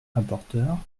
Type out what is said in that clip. rapporteure